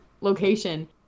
location